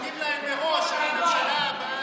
משלמים להם מראש על הממשלה הבאה,